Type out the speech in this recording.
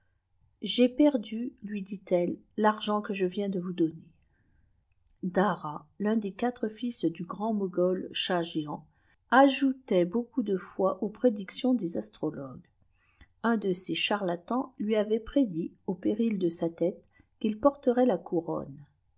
j'ai perdu lui dit-elle l'argent que je viens de vous donner darali prâ des quaire fils du grand-mogol schah géhan ajoiitaft inuooop de fei kwi prédictions des astrologues un de ces charlatans lui avait prédit au péril de sa tête qu'il porterait k cduroane